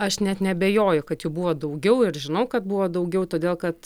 aš net neabejoju kad jų buvo daugiau ir žinau kad buvo daugiau todėl kad